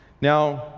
now